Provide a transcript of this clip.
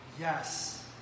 yes